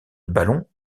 ballons